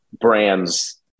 brands